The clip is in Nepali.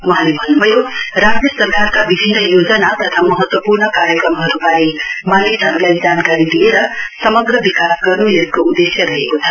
वहाँले भन्नुभयो राज्य सरकारका विभिन्न योजना तथा महत्वपूर्ण कार्यक्रमहरुवारे मानिसहरुलाई जानकारी दिएर समग्र विकास गर्नु यसको उदेश्य रहेको छ